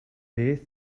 beth